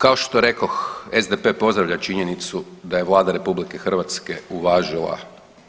Kao što rekoh, SDP pozdravlja činjenicu da je Vlada RH uvažila